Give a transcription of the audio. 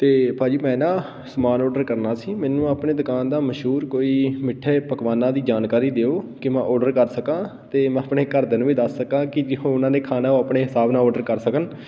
ਅਤੇ ਭਾਅ ਜੀ ਮੈਂ ਨਾ ਸਮਾਨ ਔਡਰ ਕਰਨਾ ਸੀ ਮੈਨੂੰ ਆਪਣੇ ਦੁਕਾਨ ਦਾ ਮਸ਼ਹੂਰ ਕੋਈ ਮਿੱਠੇ ਪਕਵਾਨਾਂ ਦੀ ਜਾਣਕਾਰੀ ਦਿਉ ਕਿ ਮੈਂ ਔਡਰ ਕਰ ਸਕਾਂ ਅਤੇ ਮੈਂ ਆਪਣੇ ਘਰਦਿਆਂ ਨੂੰ ਵੀ ਦੱਸ ਸਕਾਂ ਕਿ ਜੇ ਉਹਨਾਂ ਨੇ ਖਾਣਾ ਉਹ ਆਪਣੇ ਹਿਸਾਬ ਨਾਲ ਔਡਰ ਕਰ ਸਕਣ